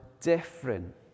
different